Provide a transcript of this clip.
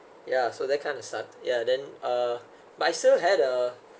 yeah so that kind of sucked yeah then uh but I still had a